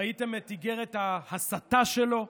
ראיתם את איגרת ההסתה שלו?